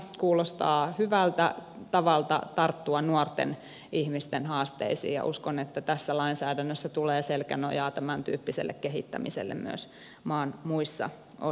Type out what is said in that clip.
kuulostaa hyvältä tavalta tarttua nuorten ihmisten haasteisiin ja uskon että tässä lainsäädännössä tulee selkänojaa tämäntyyppiselle kehittämiselle myös maan muissa osissa